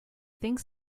think